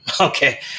Okay